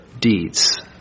deeds